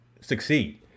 succeed